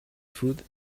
food